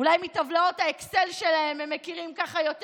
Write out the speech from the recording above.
אולי מטבלאות האקסל שלהם הם מכירים כך יותר